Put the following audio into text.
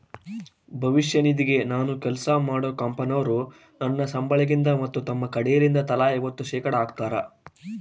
ಭವಿಷ್ಯ ನಿಧಿಗೆ ನಾನು ಕೆಲ್ಸ ಮಾಡೊ ಕಂಪನೊರು ನನ್ನ ಸಂಬಳಗಿಂದ ಮತ್ತು ತಮ್ಮ ಕಡೆಲಿಂದ ತಲಾ ಐವತ್ತು ಶೇಖಡಾ ಹಾಕ್ತಾರ